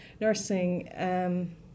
Nursing